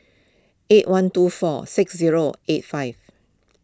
eight one two four six zero eight five